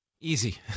easy